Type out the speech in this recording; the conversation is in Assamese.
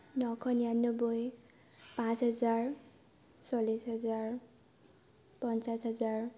নশ নিৰান্নবৈ পাঁচ হেজাৰ চল্লিছ হেজাৰ পঞ্চাছ হেজাৰ